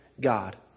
God